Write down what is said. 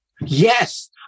Yes